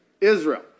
Israel